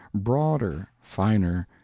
broader, finer,